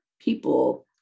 people